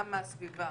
גם מהסביבה